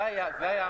זה היה המקור.